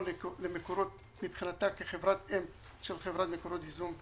למקורות מבחינתה כחברת אם של חברת מקורות ייזום.